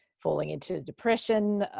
falling into depression.